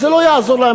אז זה לא יעזור להם.